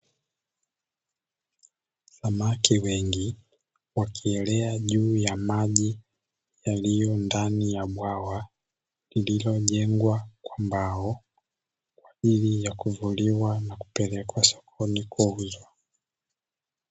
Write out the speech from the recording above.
Samaki wengi wakielea juu ya maji yaliyo ndani ya bwawa, lililojengwa kwa mbao, kwa ajili ya kuvuliwa na kupelekwa sokoni kuuzwa.